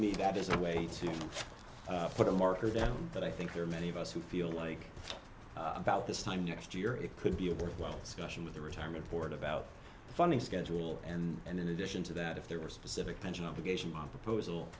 me that is a way to put a marker down but i think there are many of us who feel like about this time next year it could be a worthwhile session with the retirement board about the funding schedule and in addition to that if there were specific pension obligation my proposal